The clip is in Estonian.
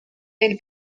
eel